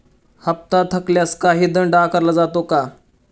हप्ता थकल्यास काही दंड आकारला जातो का?